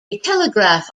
telegraph